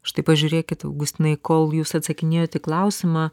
štai pažiūrėkit augustinai kol jūs atsakinėjot į klausimą